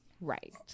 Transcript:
right